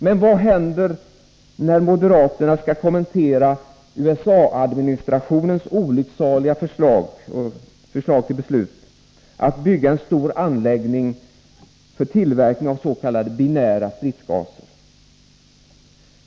Men vad händer när moderaterna skall kommentera USA-administrationens olycksaliga förslag till beslut att bygga en stor anläggning för tillverkning av s.k. binära stridsgaser?